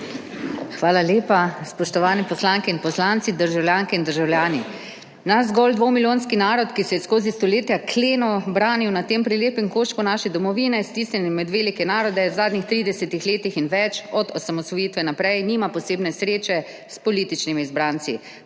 Hvala lepa. Spoštovane poslanke in poslanci, državljanke in državljani. Nas zgolj dvomilijonski narod, ki se je skozi stoletja kleno branil na tem prelepem koščku naše domovine, stisnjeni med velike narode, v zadnjih 30. letih in več od osamosvojitve naprej nima posebne sreče s političnimi izbranci.